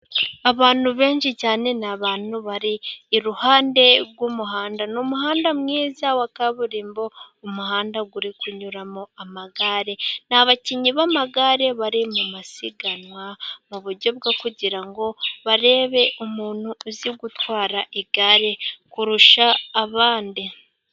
Abantu benshi cyane ni abantu bari iruhande rw'umuhanda, ni umuhanda mwiza wa kaburimbo umuhanda uri kunyuramo amagare, ni abakinnyi b'amagare bari mu masiganwa, mu buryo bwo kugira ngo barebe umuntu uzi gutwara igare kurusha abandi.